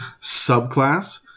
subclass